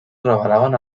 revelaven